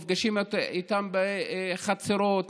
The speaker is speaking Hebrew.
נפגשים איתם בחצרות,